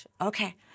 okay